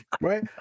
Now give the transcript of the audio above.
Right